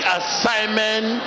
assignment